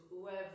whoever